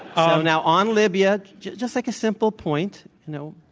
um now, on libya just just like a simple point. you know,